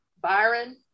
Byron